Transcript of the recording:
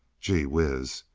gee whiz!